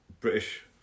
British